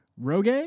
Rogue